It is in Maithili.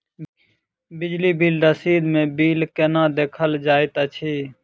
बिजली बिल रसीद मे बिल केना देखल जाइत अछि?